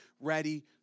ready